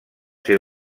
ser